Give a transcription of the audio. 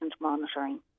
monitoring